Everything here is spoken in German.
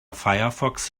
firefox